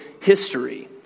history